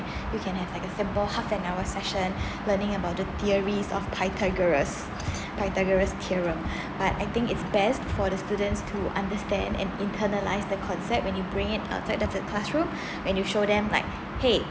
you can have like a simple half an hour session learning about the theories of py~ Pythagoras Pythagoras theorem but I think is best for student to understand and internalize the concept when you bring it outside the classroom when you show them like !hey!